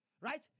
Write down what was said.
right